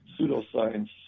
pseudoscience